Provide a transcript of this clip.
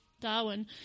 Darwin